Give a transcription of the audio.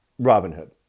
Robinhood